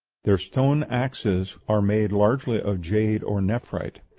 their stone axes are made largely of jade or nephrite,